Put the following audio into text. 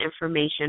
information